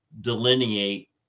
delineate